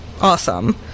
awesome